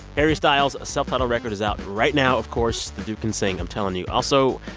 harry styles' self-titled record is out right now. of course, the dude can sing, i'm telling you. also,